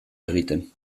egiten